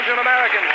American